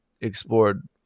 explored